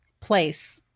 place